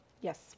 Yes